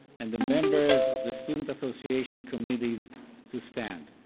and the members of the student association committees to stand.